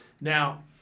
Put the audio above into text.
Now